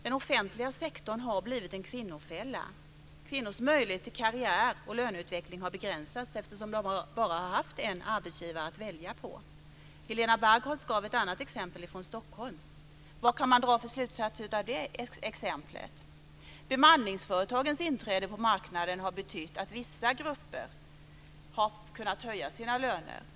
Den offentliga sektorn har blivit en kvinnofälla. Kvinnors möjligheter till karriär och löneutveckling har begränsats eftersom de har haft att välja på bara en arbetsgivare. Helena Bargholtz gav ett annat exempel, från Stockholm. Vilka slutsatser kan man dra av det exemplet? Bemanningsföretagens inträde på marknaden har betytt att vissa grupper har kunnat höja sina löner.